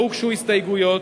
לא הוגשו הסתייגויות,